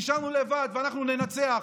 נשארנו לבד, ואנחנו ננצח.